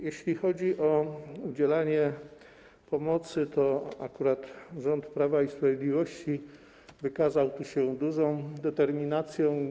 Jeśli chodzi o udzielanie pomocy, to akurat rząd Praw i Sprawiedliwości wykazał się dużą determinacją.